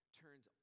turns